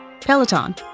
Peloton